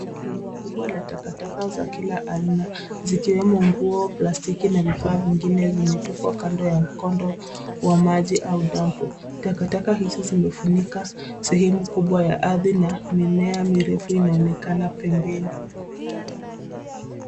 Rundo kubwa la takataka za kila aina zikiwemo nguo, plastiki na vifaa vingine zimetupwa kando ya mkondo wa maji au dambu. Takataka hizi zimefunika sehemu kubwa ya ardhi na mimea mirefu inaonekana pembeni.